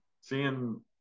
seeing